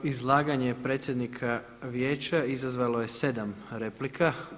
Izlaganje predsjednika Vijeća izazvalo je 7 replika.